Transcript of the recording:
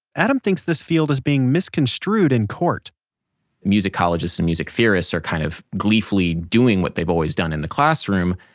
adam thinks this field is being misconstrued in court musicologists and music theorists are kind of gleefully doing what they've always done in the classroom,